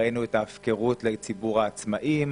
ראינו את ההפקרות של ציבור העצמאיים,